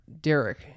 Derek